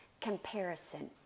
Comparison